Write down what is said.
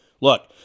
Look